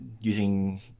using